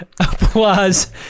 applause